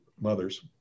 mothers